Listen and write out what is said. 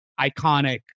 iconic